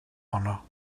honno